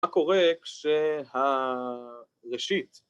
‫מה קורה כשהראשית